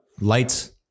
Lights